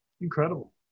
Incredible